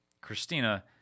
Christina